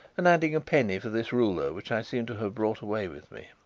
and adding a penny for this ruler which i seem to have brought away with me.